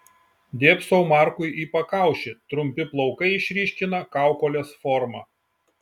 dėbsau markui į pakaušį trumpi plaukai išryškina kaukolės formą